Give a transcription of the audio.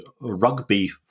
rugby